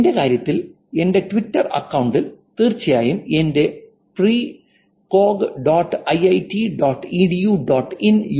എന്റെ കാര്യത്തിൽ എന്റെ ട്വിറ്റർ അക്കൌണ്ടിൽ തീർച്ചയായും എന്റെ precog dot I I T dot E D U dot I N precog